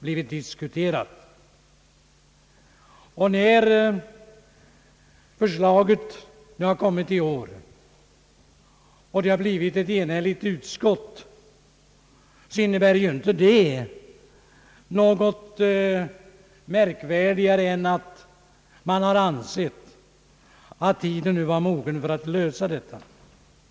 Att ett förslag nu har kommit och att utskottet enhälligt har tillstyrkt detta förslag innebär ju inte något märkvärdigare än alt man har ansett tiden nu vara mogen för att lösa länsfrågorna 1 en av våra storstadsregioner.